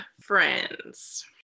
friends